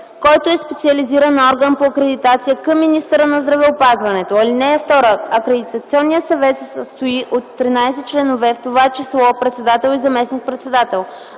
който е специализиран орган по акредитация към министъра на здравеопазването. (2) Акредитационният съвет се състои от 13 членове, в това число председател и заместник-председател.